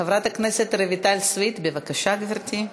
חברת הכנסת רויטל סויד, בבקשה, גברתי.